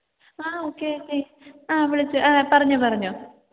ആ okay okay ആ വിളിച്ച് ആ പറഞ്ഞോ പറഞ്ഞോ